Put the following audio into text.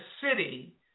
city